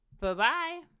Bye-bye